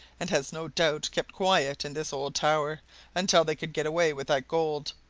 and has no doubt kept quiet in this old tower until they could get away with that gold!